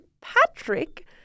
Patrick